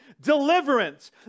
deliverance